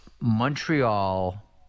Montreal